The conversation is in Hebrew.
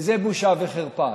וזאת בושה וחרפה.